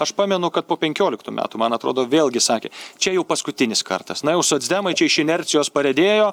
aš pamenu kad po penkioliktų metų man atrodo vėlgi sakė čia jau paskutinis kartas na jau socdemai čia iš inercijos pariedėjo